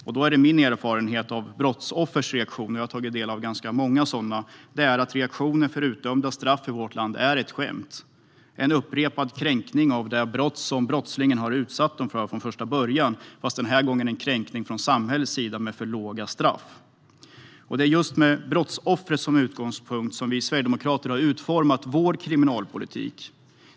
Jag har tagit del av rätt många brottsoffers reaktioner, och de menar ofta att utdömda straff i vårt land är ett skämt och en upprepning av den kränkning som brottslingen utsatt brottsoffret för, fast den här gången är det samhället som kränker brottsoffren med för låga straff. Och det är just med brottsoffret som utgångspunkt som vi sverigedemokrater har utformat vår kriminalpolitik.